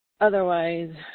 otherwise